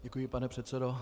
Děkuji, pane předsedo.